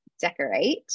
decorate